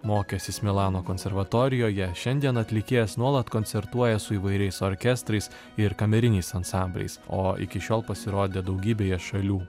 mokęsis milano konservatorijoje šiandien atlikėjas nuolat koncertuoja su įvairiais orkestrais ir kameriniais ansambliais o iki šiol pasirodė daugybėje šalių